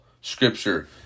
scripture